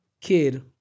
kid